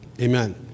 Amen